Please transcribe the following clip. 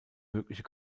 mögliche